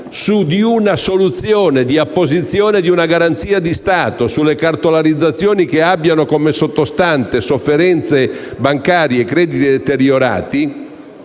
la soluzione di apporre una garanzia di Stato sulle cartolarizzazioni che abbiano come sottostante sofferenze bancarie e crediti deteriorati,